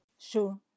Sure